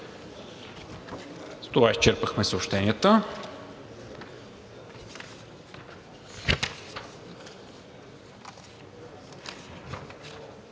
С това изчерпах съобщенията.